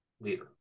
leader